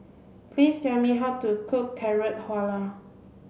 please tell me how to cook Carrot Halwa